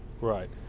Right